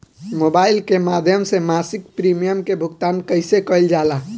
Mobile के माध्यम से मासिक प्रीमियम के भुगतान कैसे कइल जाला?